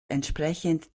entsprechend